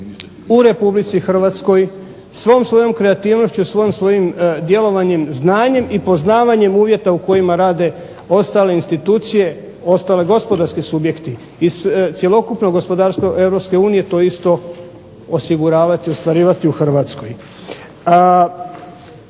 u Republici Hrvatskoj svom svojom kreativnošću, svim svojim djelovanjem, znanjem i poznavanjem uvjeta u kojima rade ostale institucije, ostali gospodarski subjekti iz cjelokupnog gospodarstva Europske unije to isto osiguravati, ostvarivati u Hrvatskoj.